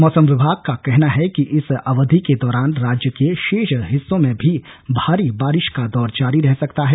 मौसम विभाग का कहना है कि इस अवधि के दौरान राज्य के शेष हिस्सों में भी भारी बारिश का दौर जारी रह सकता है